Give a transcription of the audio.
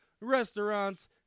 restaurants